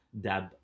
dab